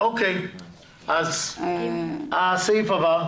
הסעיף אושר.